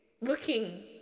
looking